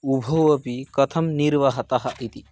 उभौ अपि कथं निर्वहतः इति